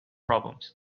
problems